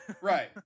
Right